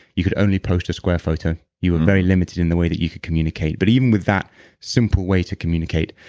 you could only post a square photo. you were very limited in the way that you could communicate. but even with that simple way to communicate,